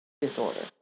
Disorder